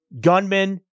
gunmen